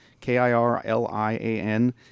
k-i-r-l-i-a-n